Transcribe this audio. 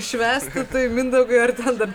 švęst tai mindaugai ar dar